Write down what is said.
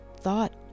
thought